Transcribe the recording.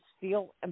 feel